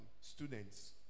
students